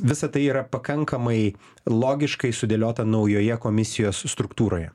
visa tai yra pakankamai logiškai sudėliota naujoje komisijos struktūroje